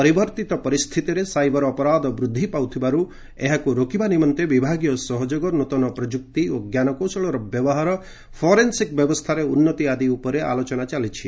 ପରିବର୍ତ୍ତ ପରିସ୍ଥିତିରେ ସାଇବର ଅପରାଧ ବୃଦ୍ଧି ପାଉଥିବାରୁ ଏହାକୁ ରୋକିବା ନିମନ୍ତେ ବିଭାଗୀୟ ସହଯୋଗ ନୂତନ ପ୍ରଯୁକ୍ତି ଓ ଜ୍ଞାନକୌଶଳର ବ୍ୟବହାର ଫରେନ୍ସିକ୍ ବ୍ୟବସ୍ଥାର ଉନ୍ନତି ଆଦି ଉପରେ ଆଲୋଚନା ଚାଲିଛି